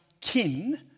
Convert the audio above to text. kin